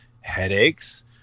headaches